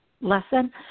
lesson